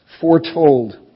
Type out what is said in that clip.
foretold